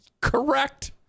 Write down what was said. Correct